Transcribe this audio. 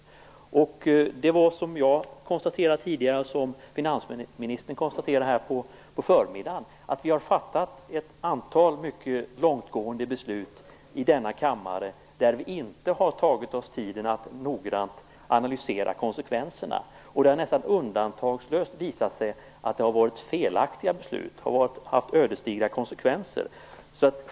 Som jag tidigare konstaterat, och som också finansministern konstaterade på förmiddagen, har vi fattat ett antal mycket långtgående beslut i denna kammare utan att ta oss tid att noggrant analysera konsekvenserna. Det har nästan undantagslöst visat sig att det har varit felaktiga beslut som har fått ödesdigra konsekvenser.